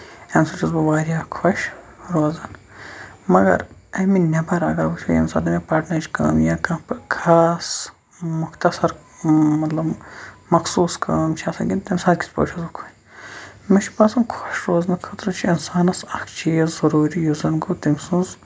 اَمہِ سۭتۍ چھُس بہٕ واریاہ خۄش روزان مَگر اَمہِ نیٚبر اَگر وُچھو ییٚمہِ ساتن مےٚ پَرنٕچ کٲم یا کانٛہہ خاص مختصر مطلب مۄخصوٗس کٲم چھےٚ آسان تَمہِ ساتہٕ کِتھ پٲٹھۍ خۅش مےٚ چھُ باسان مےٚ خۄش روزنہٕ خٲطرٕ چھُ اِنسانَس اکھ چیٖز ضروٗری یُس زَن گوٚو تٔمۍ سٕنٛز